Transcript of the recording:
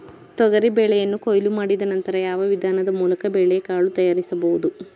ತೊಗರಿ ಬೇಳೆಯನ್ನು ಕೊಯ್ಲು ಮಾಡಿದ ನಂತರ ಯಾವ ವಿಧಾನದ ಮೂಲಕ ಬೇಳೆಕಾಳು ತಯಾರಿಸಬಹುದು?